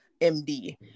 md